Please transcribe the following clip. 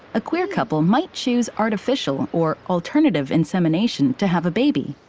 a queer couple might choose artificial or alternative insemination to have a baby.